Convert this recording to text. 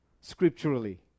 scripturally